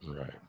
Right